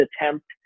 attempt